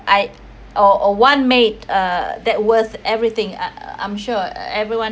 I or or one made uh that worth everything uh I'm sure everyone